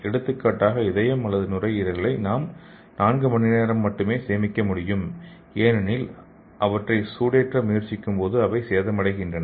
எடுத்துக்காட்டாக இதயம் அல்லது நுரையீரலை நாம் நான்கு மணி நேரம் மட்டுமே சேமிக்க முடியும் ஏனெனில் அவற்றை சூடேற்ற முயற்சிக்கும்போது அவை சேதமடைகின்றன